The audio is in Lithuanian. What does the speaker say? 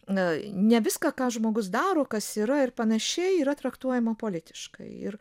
na ne viską ką žmogus daro kas yra ir panašiai yra traktuojama politiškai ir